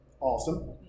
awesome